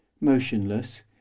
motionless